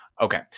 Okay